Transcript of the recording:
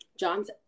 John's